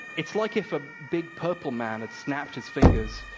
it's like if a big, purple man had snapped his fingers,